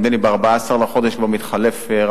נדמה לי שב-14 לחודש כבר מתחלף רמטכ"ל.